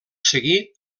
seguit